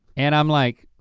and i'm like